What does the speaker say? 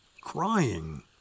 crying